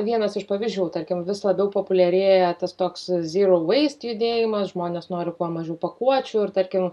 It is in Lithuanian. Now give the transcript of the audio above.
vienas iš pavyzdžių tarkim vis labiau populiarėja tas toks zyrou veist judėjimas žmonės nori kuo mažiau pakuočių ir tarkim